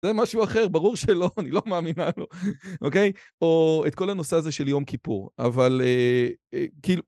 זה משהו אחר, ברור שלא, אני לא מאמין עלו, אוקיי, או את כל הנושא הזה של יום כיפור. אבל כאילו